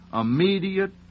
immediate